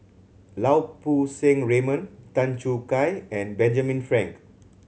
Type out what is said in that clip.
Lau Poo Seng Raymond Tan Choo Kai and Benjamin Frank